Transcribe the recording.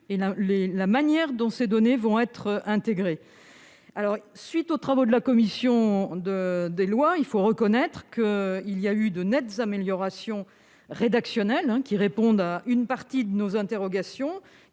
à la manière dont ces données seront ainsi intégrées. À l'issue des travaux de la commission des lois, il faut reconnaître de nettes améliorations rédactionnelles, qui répondent à une partie des interrogations